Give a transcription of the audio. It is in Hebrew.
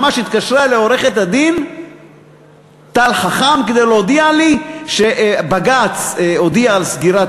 התקשרה אלי עורכת-הדין טל חכם כדי להודיע לי שבג"ץ הודיע על סגירת